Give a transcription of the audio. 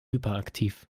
hyperaktiv